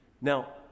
Now